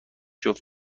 جفت